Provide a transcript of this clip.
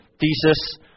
thesis